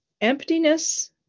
Emptiness